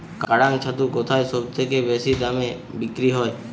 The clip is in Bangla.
কাড়াং ছাতু কোথায় সবথেকে বেশি দামে বিক্রি হয়?